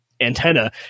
antenna